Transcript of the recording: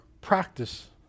practice